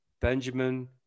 benjamin